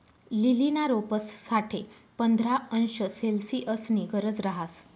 लीलीना रोपंस साठे पंधरा अंश सेल्सिअसनी गरज रहास